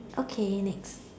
okay next